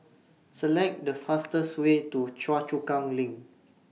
Select The fastest Way to Choa Chu Kang LINK